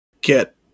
get